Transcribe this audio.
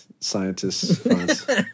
scientists